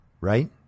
right